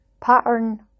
pattern